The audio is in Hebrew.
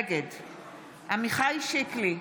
נגד עמיחי שיקלי,